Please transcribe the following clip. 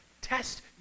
Test